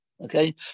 Okay